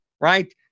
right